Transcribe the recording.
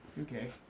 Okay